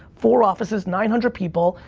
four offices, nine hundred people,